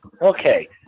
Okay